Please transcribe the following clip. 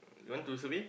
you want to survey